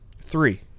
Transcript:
Three